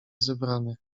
zebranych